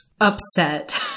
upset